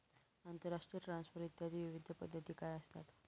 आंतरराष्ट्रीय ट्रान्सफर इत्यादी विविध पद्धती काय असतात?